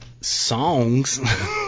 songs